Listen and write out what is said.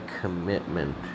commitment